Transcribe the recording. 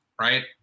right